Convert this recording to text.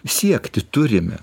siekti turime